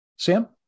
Sam